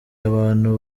abantu